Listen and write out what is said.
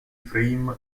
frame